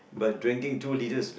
but drinking two litres